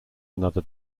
another